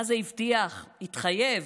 מה זה הבטיח, התחייב,